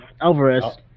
Alvarez